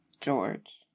George